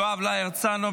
יוראי להב הרצנו,